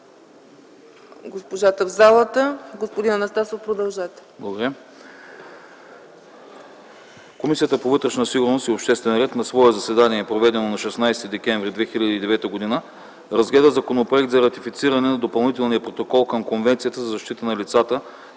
госпожата в залата. Господин Анастасов, продължете.